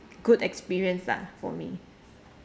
good experience lah for me